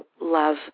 love